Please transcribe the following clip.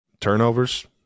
Turnovers